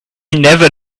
never